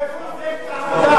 איפה מפלגת העבודה?